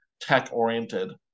tech-oriented